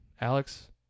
Alex